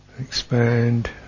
expand